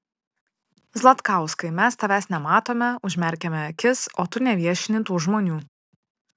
zlatkauskai mes tavęs nematome užmerkiame akis o tu neviešini tų žmonių